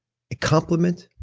compliment,